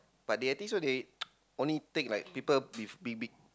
but I think so they only take like people with big big